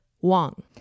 wang